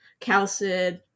Calcid